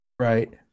Right